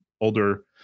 older